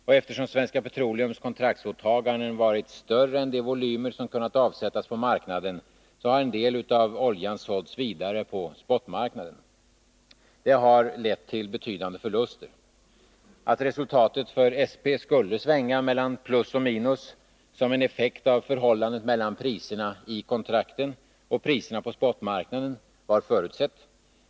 Och eftersom Svenska Petroleums kontraktsåtaganden varit större än de volymer som kunnat avsättas på marknaden, har en del av oljan sålts vidare på spotmarknaden. Det har lett till betydande förluster. Att resultatet för SP skulle svänga mellan plus och minus som en effekt av förhållandet mellan priserna i kontrakten och priserna på spotmarknaden var förutsett.